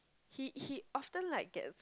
he he often like get